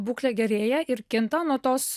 būklė gerėja ir kinta nuo tos